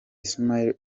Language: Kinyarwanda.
ismaïl